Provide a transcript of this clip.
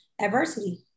adversity